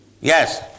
Yes